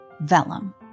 Vellum